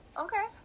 Okay